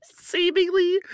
Seemingly